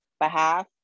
behalf